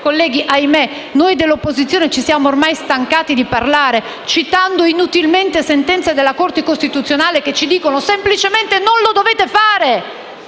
cui, ahimè, noi dell'opposizione ci siamo ormai stancati di parlare, citando inutilmente sentenze della Corte costituzionale che ci dicono semplicemente che non dobbiamo